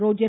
Roger